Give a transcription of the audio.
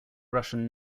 russian